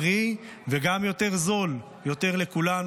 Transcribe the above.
בריא וגם יותר זול לכולנו,